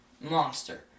monster